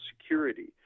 security